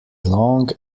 long